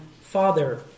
Father